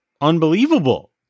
Unbelievable